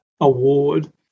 Award